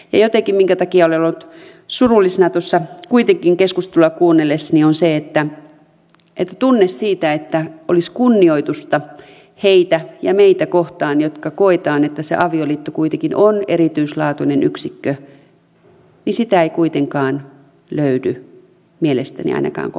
jotenkin minkä takia olen ollut surullisena kuitenkin keskustelua kuunnellessani on tunne siitä että kunnioitusta heitä ja meitä kohtaan jotka koemme että se avioliitto kuitenkin on erityislaatuinen yksikkö ei kuitenkaan löydy mielestäni ainakaan kovin paljon